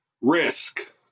risk